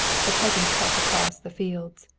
the peasant cut across the fields.